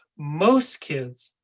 most kids.